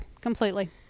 completely